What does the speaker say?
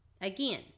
again